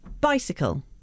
Bicycle